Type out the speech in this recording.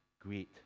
great